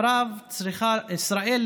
ישראל,